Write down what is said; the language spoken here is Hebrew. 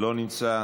לא נמצא,